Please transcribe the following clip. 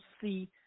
see